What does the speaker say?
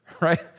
right